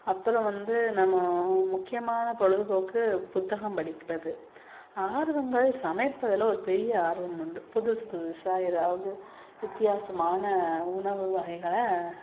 அப்புறம் வந்து நம் முக்கியமான பொழுதுபோக்கு புத்தகம் படிப்பது ஆர்வங்கள் சமைப்பதில் ஒரு பெரிய ஆர்வம் உண்டு புதுசு புதுசாக ஏதாவது வித்தியாசமான உணவு வகைகளை